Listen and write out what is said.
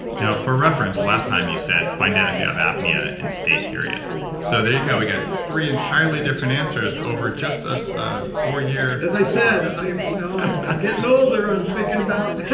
now for reference, last time you said find out if you have apnea and stay curious. so there you go, we got three entirely different answers over just a ah four year as i said, you know i'm getting older, i'm thinking about